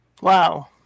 Wow